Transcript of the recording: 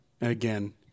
Again